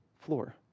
floor